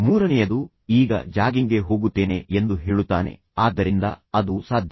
ಮೂರನೆಯದು ಅವನು ನಾನು ಈಗ ಜಾಗಿಂಗ್ಗೆ ಹೋಗುತ್ತೇನೆ ಎಂದು ಹೇಳುತ್ತಾನೆ ಆದ್ದರಿಂದ ಅದೂ ಸಾಧ್ಯ